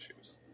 issues